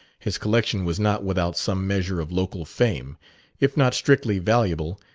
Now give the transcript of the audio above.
his collection was not without some measure of local fame if not strictly valuable,